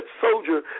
soldier